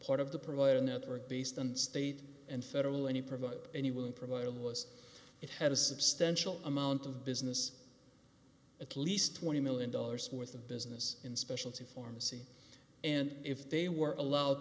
part of the provider network based on state and federal any provided anyone provided was it had a substantial amount of business at least twenty million dollars worth of business in specialty pharmacy and if they were allowed